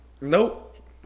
Nope